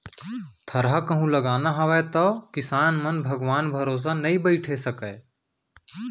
थरहा कहूं लगाना हावय तौ किसान मन भगवान भरोसा नइ बइठे सकयँ